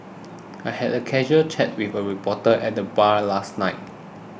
I had a casual chat with a reporter at the bar last night